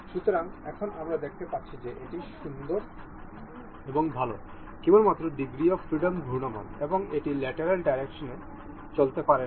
সুতরাং এখন আমরা দেখতে পাচ্ছি যে এটি সুন্দর এবং ভাল কেবলমাত্র ডিগ্রী অফ ফ্রিডম ঘূর্ণায়মান এবং এটি ল্যাটেরাল ডাইরেক্শনে চলতে পারে না